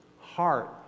heart